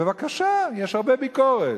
בבקשה, יש הרבה ביקורת.